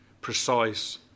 precise